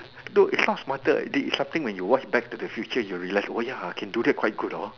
though is not smarter this is something when you watch back to the future you will realise oh ya I can do that quite good hor